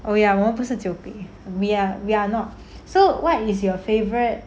oh ya 我们不是酒鬼 we are we are not so what is your favourite